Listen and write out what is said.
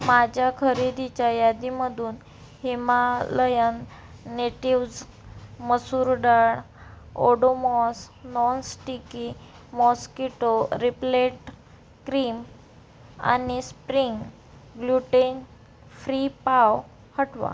माझ्या खरेदीच्या यादीमधून हिमालयन नेटिव्हज मसूर डाळ Odomos nonsticky mosquito repellent cream आणि स्प्रिंग ग्लूटेन फ्री पाव हटवा